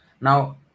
Now